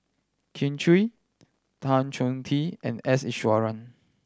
Kin Chui Tan Choh Tee and S Iswaran